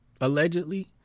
Allegedly